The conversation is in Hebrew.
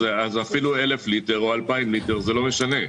אפילו אלף ליטר או 2,000 ליטר זה לא משנה.